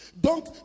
Donc